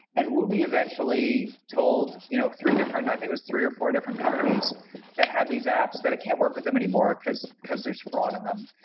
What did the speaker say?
and woobi eventually told you know three different i think it was three or four different companies that had these apps that it can't work with them anymore, because because there's fraud in them.